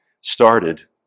started